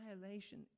violation